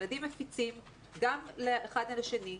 ילדים מפיצים גם אחד לשני,